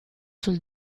sul